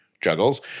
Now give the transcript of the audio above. juggles